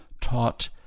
taught